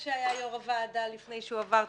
אמסלם, שהיה יו"ר הוועדה לפני שהוא עבר תפקיד,